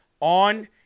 On